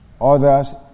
Others